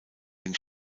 den